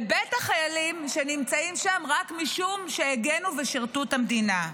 ובטח חיילים שנמצאים שם רק משום שהגנו ושירתו את המדינה.